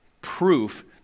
proof